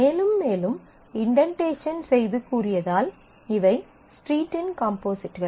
மேலும் மேலும் இன்டென்டேஷன் செய்து கூறியதால் இவை ஸ்ட்ரீட்டின் காம்போசிட்கள்